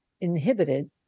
inhibited